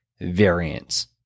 variance